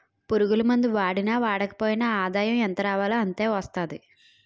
పురుగుమందులు వాడినా వాడకపోయినా ఆదాయం ఎంతరావాలో అంతే వస్తాది